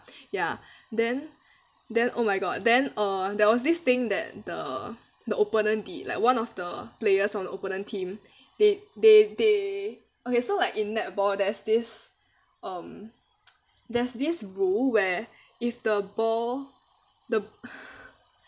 ya then then oh my god then uh there was this thing that the the opponent did like one of the players on the opponent team they they they okay so like in netball there's this um there's this rule where if the ball the